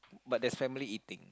but there's family eating